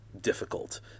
difficult